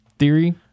theory